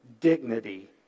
dignity